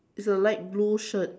it's a light blue shirt